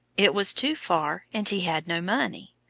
it was too far, and he had no money.